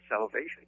salvation